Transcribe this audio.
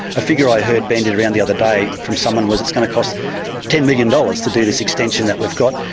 a figure i heard bandied around the other day from someone was it's going to cost ten million dollars to do this extension that we've got,